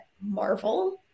Marvel